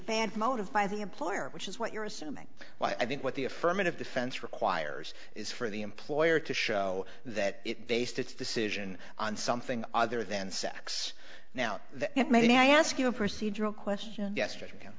band motive by the employer which is what you're assuming well i think what the affirmative defense requires is for the employer to show that it based its decision on something other than sex now that may i ask you a procedural question yesterday